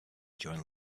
during